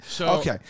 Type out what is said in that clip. okay